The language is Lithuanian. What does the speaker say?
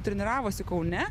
treniravosi kaune